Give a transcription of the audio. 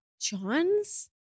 John's